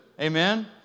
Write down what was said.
amen